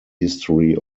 history